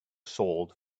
sold